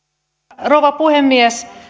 arvoisa rouva puhemies